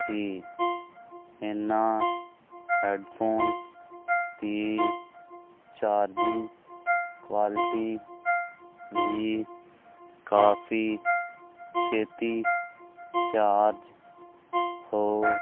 ਸੀ ਇਨਾ ਹੈਡਫੋਨਸ ਦੀ charging quality ਵੀ ਕਾਫੀ ਛੇਤੀ ਚਾਰਜ ਹੋ